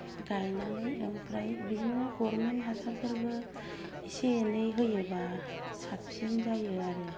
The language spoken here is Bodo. गायनानै ओमफ्राय बिदिनो गभामेन्ट हासारफोरबो इसे एनै होयोबा साबसिन जायो आरो